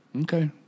Okay